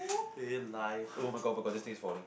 eh lie [oh]-my-god [oh]-my-god this thing is falling